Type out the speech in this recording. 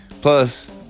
plus